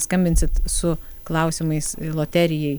skambinsit su klausimais i loterijai